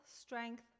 strength